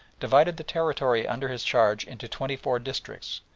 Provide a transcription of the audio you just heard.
divided the territory under his charge into twenty-four districts,